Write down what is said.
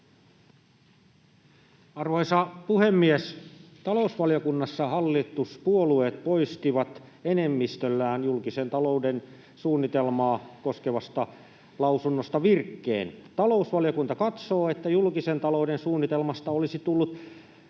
Arvoisa puhemies! Talousvaliokunnassa hallituspuolueet poistivat enemmistöllään julkisen talouden suunnitelmaa koskevasta lausunnosta virkkeen: ”Talousvaliokunta katsoo, että julkisen talouden suunnitelmassa olisi tullut